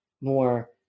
more